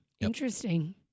Interesting